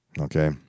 Okay